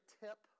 tip